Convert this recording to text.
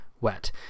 wet